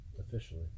Officially